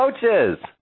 coaches